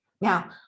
Now